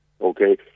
okay